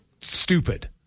stupid